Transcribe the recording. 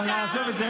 אבל נעזוב את זה.